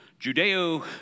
Judeo